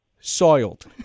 soiled